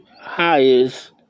highest